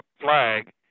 flag